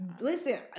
Listen